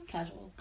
Casual